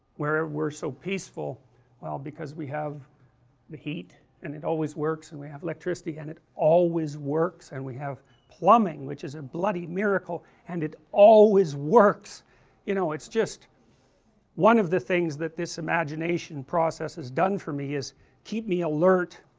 where we are so peaceful well because we have the heat and it always works, and we have electricity, and it always works and we have plumbing, which a bloody miracle, and it always works you know, it's just one of the things that this imagination process has done for me is keep me alert